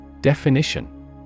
Definition